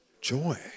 Joy